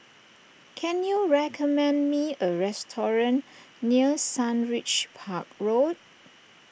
can you recommend me a restaurant near Sundridge Park Road